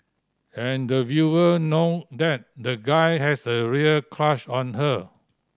and the viewer know that the guy has a real crush on her